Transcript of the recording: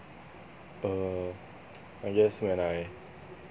err I guess when I